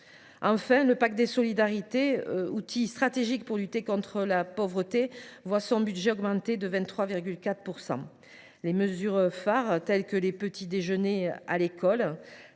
Enfin, le pacte des solidarités, outil stratégique pour lutter contre la pauvreté, voit son budget augmenter de 23,4 %. Les mesures phares telles que les petits déjeuners à l’école,